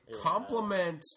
compliment